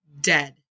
dead